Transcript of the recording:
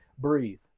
breathe